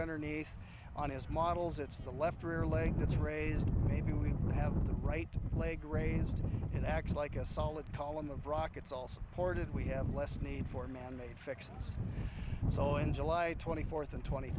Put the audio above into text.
underneath on his models it's the left rear leg that's raised maybe we have the right leg raised and acts like a solid column of brackets all supported we have less need for manmade fixes so in july twenty fourth and twenty